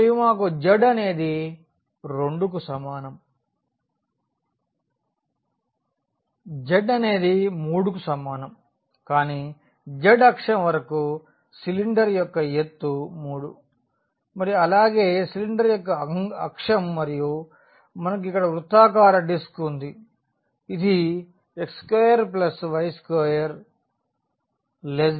మరియు మాకు z అనేది 2 కు సమానం z అనేది 3 కు సమానం అని z అక్షం వరకూ సిలిండర్ యొక్క ఎత్తు 3 మరియు అలాగే సిలిండర్ యొక్క అక్షం మరియు మనకు ఇక్కడ వృత్తాకార డిస్క్ ఉంది ఇది x2y21